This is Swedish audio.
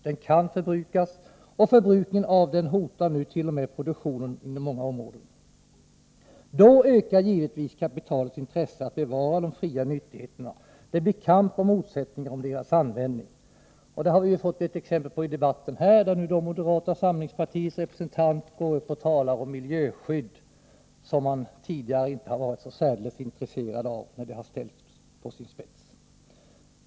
Den kan förbrukas, och förbrukningen av den hotar nu t.o.m. produktionen inom många områden. Då ökar givetvis kapitalets intresse för att bevara de fria nyttigheterna. Det blir kamp och motsättningar om deras användning. Det har vi fått exempel på i den här debatten, då moderata samlingspartiets representanter gått upp och talat om miljöskydd, som man tidigare inte varit så särdeles intresserad av när det har ställts på sin spets.